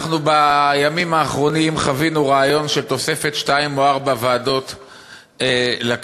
בימים האחרונים חווינו רעיון של תוספת שתיים או ארבע ועדות לכנסת,